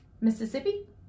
mississippi